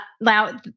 Now